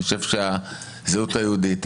אני חושב שהזהות היהודית,